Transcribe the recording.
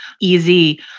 easy